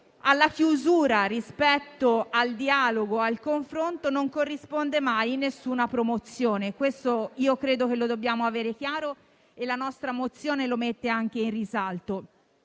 Alla chiusura rispetto al dialogo e al confronto non corrisponde mai nessuna promozione: credo che questo lo dobbiamo avere chiaro e la nostra mozione lo mette in risalto.